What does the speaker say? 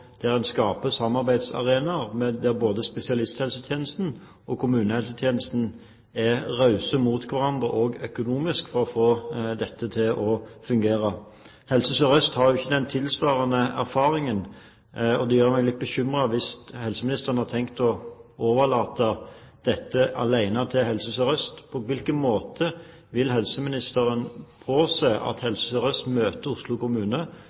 en skaper samarbeidsarenaer, der både spesialisthelsetjenesten og kommunehelsetjenesten er rause mot hverandre, også økonomisk, for å få dette til å fungere. Helse Sør-Øst har ikke den tilsvarende erfaringen, og det gjør meg litt bekymret hvis helseministeren har tenkt å overlate dette alene til Helse Sør-Øst. På hvilken måte vil helseministeren påse at Helse SørØst møter Oslo kommune